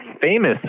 famous